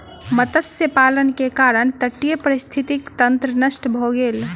मत्स्य पालन के कारण तटीय पारिस्थितिकी तंत्र नष्ट भ गेल